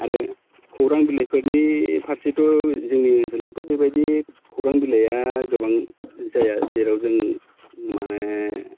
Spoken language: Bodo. आरो खौरां बिलाइफोरनि फारसेथ' जोंनि ओनसोलावथ' बेबायदि खौरां बिलाइआ गोबां जाया जेराव जों माने